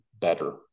better